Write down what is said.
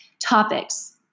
topics